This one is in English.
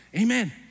Amen